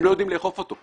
הם לא יודעים לאכוף אותו.